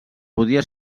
podia